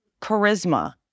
charisma